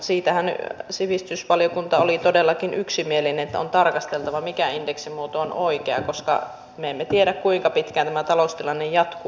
mutta siitähän sivistysvaliokunta oli todellakin yksimielinen että on tarkasteltava mikä indeksimuoto on oikea koska me emme tiedä kuinka pitkään tämä taloustilanne jatkuu